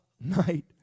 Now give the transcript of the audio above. night